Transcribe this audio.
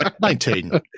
Nineteen